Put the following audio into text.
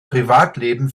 privatleben